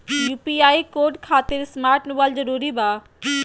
UPI code खातिर smart mobile जरूरी बा?